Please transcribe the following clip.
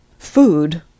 food